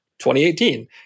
2018